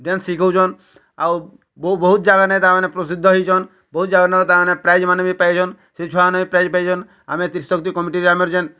dance ଶିଖଉଛନ୍ ଆଉ ବହୁ ବହୁତ୍ ଜାଗା ନେ ତାମାନେ ପ୍ରସିଦ୍ଧ ହେଇଚନ୍ ବହୁ ଜାଗା ନେ ତାମାନେ ପ୍ରାଇଜ୍ମାନେ ପାଇଚନ୍ ସେ ଛୁଆମାନେ ପ୍ରାଇଜ୍ ବି ପାଇଚନ୍ ଆମେ ଟ୍ରିଶକ୍ତି କମିଚିରେ ଆମର୍ ଯେନ୍